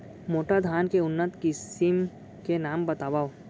मोटा धान के उन्नत किसिम के नाम बतावव?